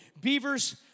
Beavers